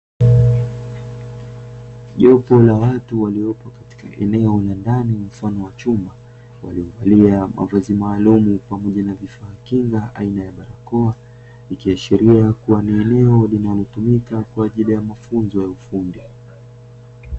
Jopo la watu waliopo katika eneo la ndani mfano wa chumba, waliovalia mavazi maalumu pamoja na vifaa kinga aina ya barakoa, ikiashiria kuwa ni eneo linalotumika kwa ajili ya mafunzo ya ufundi.